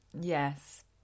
yes